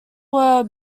were